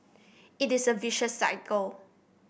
it is a vicious cycle